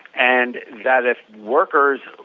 and that if workers,